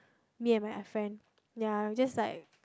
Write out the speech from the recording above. me and my friend ya we were just like